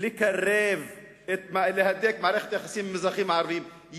להדק את מערכת היחסים עם האזרחים הערבים,